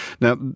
Now